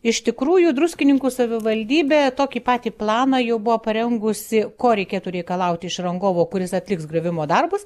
iš tikrųjų druskininkų savivaldybė tokį patį planą jau buvo parengusi ko reikėtų reikalauti iš rangovo kuris atliks griovimo darbus